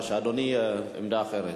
בבקשה, אדוני, עמדה אחרת.